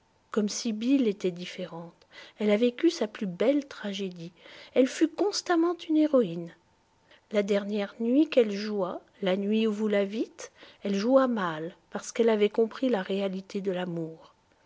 comme sibyl était différente elle a vécu sa plus belle tragédie elle fut constamment une héroïne la dernière nuit qu'elle joua la nuit ou vous la vîtes elle joua mal parce qu'elle avait compris la réalité de l'amour